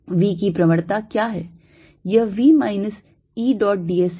V की प्रवणता क्या है यह V minus E dot d s है